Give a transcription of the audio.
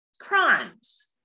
crimes